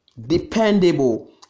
dependable